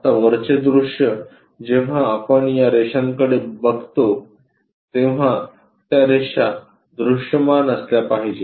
आता वरचे दृश्य जेव्हा आपण या रेषांकडे बघतो तेव्हा त्या रेषा दृश्यमान असल्या पाहिजेत